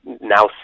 now